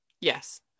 Yes